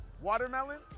Watermelon